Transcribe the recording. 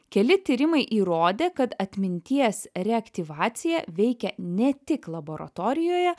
keli tyrimai įrodė kad atminties reaktyvacija veikia ne tik laboratorijoje